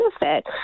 benefit